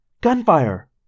Gunfire